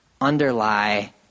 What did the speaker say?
underlie